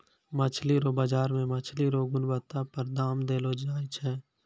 मछली रो बाजार मे मछली रो गुणबत्ता पर दाम देलो जाय छै